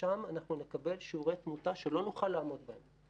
ומשם אנחנו נקבל שיעורי תמותה שנוכל לעמוד בהם.